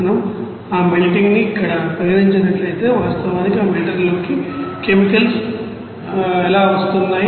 మనం ఆ మెల్టింగ్ ని ఇక్కడ పరిగణించినట్లయితే వాస్తవానికి ఈ మెల్టర్లోకి లోకి కెమికల్స్ ఎలా వస్తున్నాయి